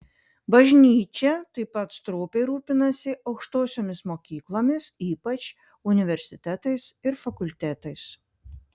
bažnyčia taip pat stropiai rūpinasi aukštosiomis mokyklomis ypač universitetais ir fakultetais